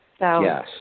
Yes